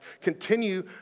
continue